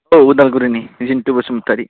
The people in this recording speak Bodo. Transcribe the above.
औ अदालगुरिनि जिन्तु बसुमतारि